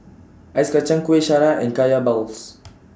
Ice Kacang Kueh Syara and Kaya Balls